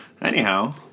Anyhow